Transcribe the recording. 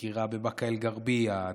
דקירה בבאקה אל-גרבייה,